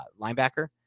linebacker